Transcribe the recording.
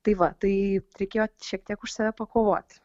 tai va tai reikėjo šiek tiek už save pakovoti